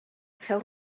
feu